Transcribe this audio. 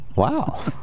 Wow